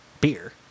beer